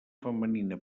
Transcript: femenina